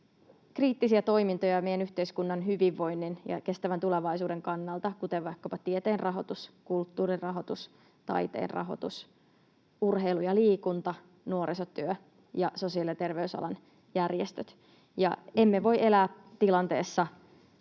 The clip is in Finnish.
kriittisiä toimintoja meidän yhteiskunnan hyvinvoinnin ja kestävän tulevaisuuden kannalta, kuten vaikkapa tieteen rahoitus, kulttuurin rahoitus, taiteen rahoitus, urheilu ja liikunta, nuorisotyö ja sosiaali‑ ja terveysalan järjestöt, ja emme voi elää enää